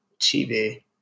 TV